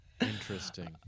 Interesting